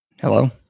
Hello